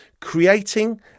creating